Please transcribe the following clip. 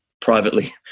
privately